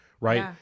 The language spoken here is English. Right